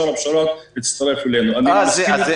בשארה באשראת הוא הצטרף אליך --- אז זה